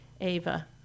ava